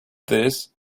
this